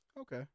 okay